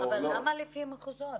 אבל למה לפי מחוזות?